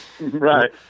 Right